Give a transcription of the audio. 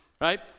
Right